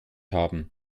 haben